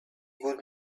would